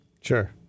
Sure